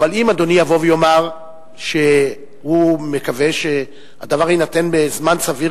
אבל אם אדוני יבוא ויאמר שהוא מקווה שהדבר יינתן בזמן סביר,